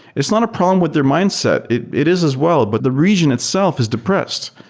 it's not a problem with their mindset. it it is as well, but the region itself is depressed.